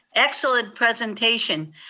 excellent presentation.